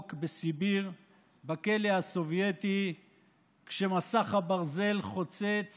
עמוק בסיביר בכלא הסובייטי כשמסך הברזל חוצץ